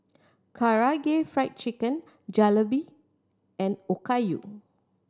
Karaage Fried Chicken Jalebi and Okayu